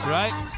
right